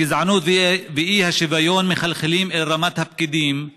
הגזענות והאי-שוויון מחלחלים אל רמת הפקידים,